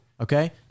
okay